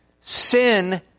sin